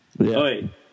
Oi